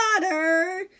water